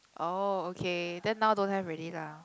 oh okay then now don't have already lah